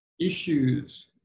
issues